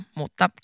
mutta